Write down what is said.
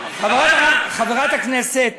חברת הכנסת